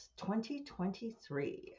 2023